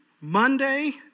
Monday